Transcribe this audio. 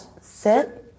sit